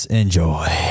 enjoy